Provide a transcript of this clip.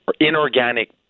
inorganic